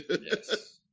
Yes